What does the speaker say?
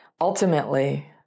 ultimately